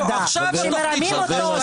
שמרמים אותו?